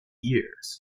years